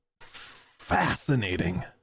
fascinating